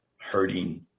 hurting